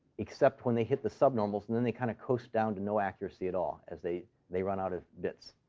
except when they hit the subnormals, and then they kind of coast down to no accuracy at all as they they run out of bits.